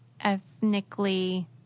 ethnically